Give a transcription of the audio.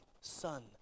son